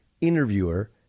interviewer